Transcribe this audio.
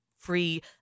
free